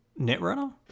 Netrunner